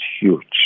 huge